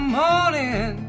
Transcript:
morning